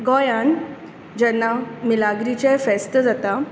गोंयांत जेन्ना मिलाग्रीचें फेस्त जाता